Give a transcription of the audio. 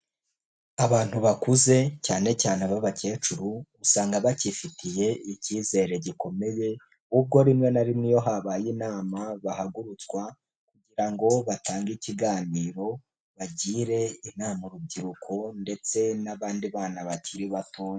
Abantu bakuze cyane cyane ab'abakecuru usanga bakifitiye icyizere gikomeye, ubwo rimwe na rimwe iyo habaye inama bahagurutswa kugira ngo batange ikiganiro, bagire inama urubyiruko ndetse n'abandi bana bakiri bato.